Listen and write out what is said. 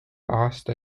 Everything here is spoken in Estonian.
aasta